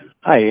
Hi